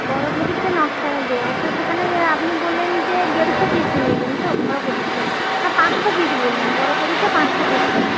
বড় প্রদীপটা নকশা দেওয়া তো সেখানে আপনি বললেন যে দেড়শো পিস নেবেন তো বড় প্রদীপটা না পাঁচশো পিস বললেন বড় প্রদীপটা পাঁচশো পিস বললেন